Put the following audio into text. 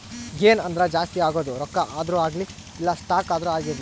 gain ಅಂದ್ರ ಜಾಸ್ತಿ ಆಗೋದು ರೊಕ್ಕ ಆದ್ರೂ ಅಗ್ಲಿ ಇಲ್ಲ ಸ್ಟಾಕ್ ಆದ್ರೂ ಆಗಿರ್ಲಿ